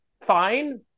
fine